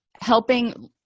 helping